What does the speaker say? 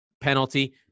penalty